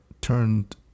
turned